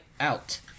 out